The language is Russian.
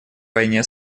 войне